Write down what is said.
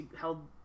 held